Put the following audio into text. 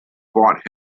bought